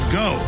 go